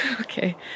Okay